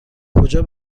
کجا